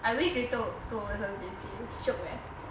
I wish they took over some J_C shiok eh